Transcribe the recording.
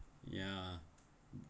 ya